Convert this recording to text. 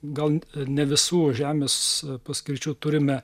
gal ne visų žemės paskirčių turime